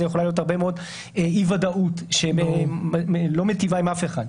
יכולה להיות הרבה מאוד אי ודאות שלא מיטיבה עם אף אחד.